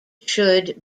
should